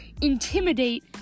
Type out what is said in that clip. intimidate